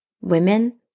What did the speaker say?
women